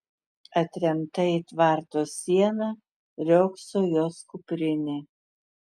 atremta į tvarto sieną riogso jos kuprinė